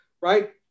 Right